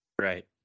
right